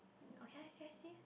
okay I see I see